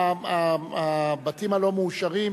בגלל הבתים הלא-מאושרים,